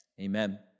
amen